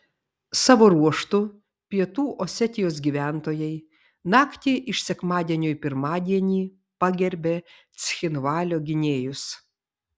savo ruožtu pietų osetijos gyventojai naktį iš sekmadienio į pirmadienį pagerbė cchinvalio gynėjus